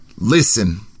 Listen